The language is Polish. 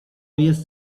jest